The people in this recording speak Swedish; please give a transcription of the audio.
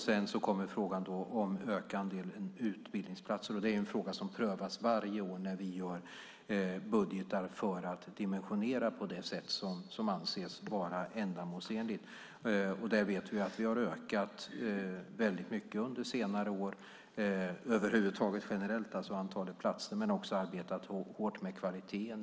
Sedan kommer frågan om att öka andelen utbildningsplatser, och det är en fråga som prövas varje år när vi gör budgetar för att dimensionera på det sätt som anses vara ändamålsenligt. Där vet vi att vi har ökat väldigt mycket under senare år, både generellt vad gäller antalet platser och med att arbeta hårt med kvaliteten.